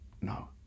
no